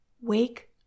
Wake